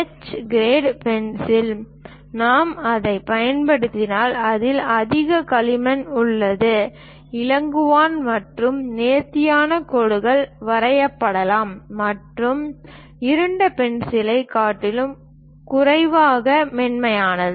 H grade pencil நாம் அதைப் பயன்படுத்தினால் இதில் அதிக களிமண் உள்ளது இலகுவான மற்றும் நேர்த்தியான கோடுகள் வரையப்படலாம் மற்றும் இருண்ட பென்சிலைக் காட்டிலும் குறைவான மென்மையானது